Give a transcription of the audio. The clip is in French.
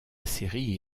série